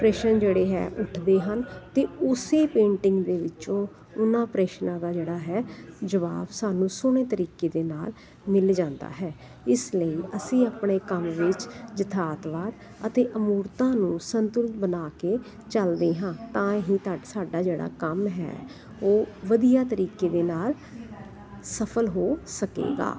ਪ੍ਰਸ਼ਨ ਜਿਹੜੇ ਹੈ ਉੱਠਦੇ ਹਨ ਤੇ ਉਸ ਪੇਂਟਿੰਗ ਦੇ ਵਿੱਚੋਂ ਉਹਨਾਂ ਪ੍ਰਸ਼ਨਾਂ ਦਾ ਜਿਹੜਾ ਹੈ ਜਵਾਬ ਸਾਨੂੰ ਸੋਹਣੇ ਤਰੀਕੇ ਦੇ ਨਾਲ ਮਿਲ ਜਾਂਦਾ ਹੈ ਇਸ ਲਈ ਅਸੀਂ ਆਪਣੇ ਕੰਮ ਵਿੱਚ ਯਥਾਰਥਵਾਦ ਅਤੇ ਅਮੂਰਤਤਾ ਨੂੰ ਸੰਤੁਲਿਤ ਬਣਾ ਕੇ ਚੱਲਦੇ ਹਾਂ ਤਾਂ ਹੀ ਤ ਸਾਡਾ ਜਿਹੜਾ ਕੰਮ ਹੈ ਉਹ ਵਧੀਆ ਤਰੀਕੇ ਦੇ ਨਾਲ ਸਫ਼ਲ ਹੋ ਸਕੇਗਾ